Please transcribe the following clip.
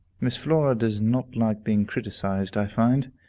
miss flora does not like being criticized, i find.